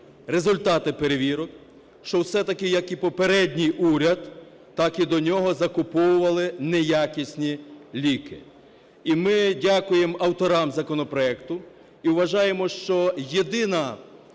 результати перевірок, що все-таки, як і попередній уряд, так і до нього закуповували неякісні ліки. І ми дякуємо авторам законопроекту і вважаємо, що єдина